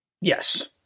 Yes